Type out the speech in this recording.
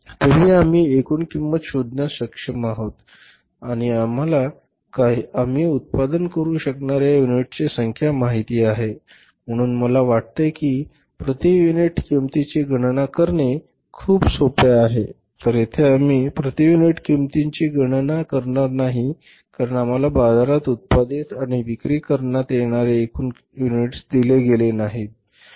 तरीही आम्ही एकूण किंमत शोधण्यात सक्षम आहोत आणि आम्हाला आम्ही उत्पादन करू शकणार्या युनिटची संख्या माहित आहे म्हणून मला वाटते की प्रति युनिट किंमतीची गणना करणे खूप सोपे आहे तर येथे आम्ही प्रति युनिट किंमतीची गणना करणार नाही कारण आम्हाला बाजारात उत्पादित आणि विक्री करण्यात येणारे एकूण युनिट्स दिले गेले नाहीत